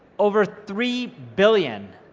over three billion.